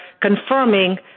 confirming